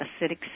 acidic